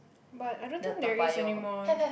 but I don't think there is anymore eh